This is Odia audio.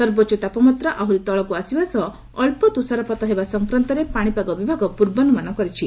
ସର୍ବୋଚ୍ଚ ତାପମାତ୍ରା ଆହୁରି ତଳକୁ ଆସିବା ସହ ଅଳ୍ପ ତ୍ରଷାାରପାତ ହେବା ସଂକ୍ରାନ୍ତରେ ପାଣିପାଗ ବିଭାର ପୂର୍ବାନୁମାନ କରିଛି